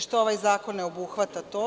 Što ovaj zakon ne obuhvata to?